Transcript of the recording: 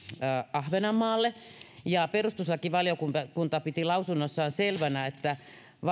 ahvenanmaalle perustuslakivaliokunta piti lausunnossaan selvänä että